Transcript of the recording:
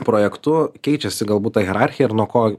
projektu keičiasi galbūt ta hierarchija ir nuo ko